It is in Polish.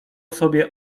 sobie